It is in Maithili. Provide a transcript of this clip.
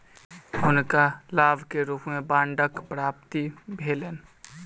हुनका लाभ के रूप में बांडक प्राप्ति भेलैन